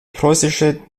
preußische